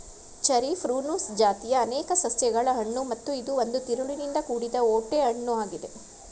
cherry Prunus ಜಾತಿಯ ಅನೇಕ ಸಸ್ಯಗಳ ಹಣ್ಣು ಮತ್ತು ಇದು ಒಂದು ತಿರುಳಿನಿಂದ ಕೂಡಿದ ಓಟೆ ಹಣ್ಣು ಆಗಿದೆ